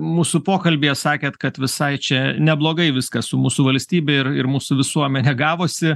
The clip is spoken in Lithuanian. mūsų pokalbyje sakėt kad visai čia neblogai viskas su mūsų valstybe ir ir mūsų visuomene gavosi